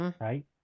Right